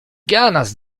ganas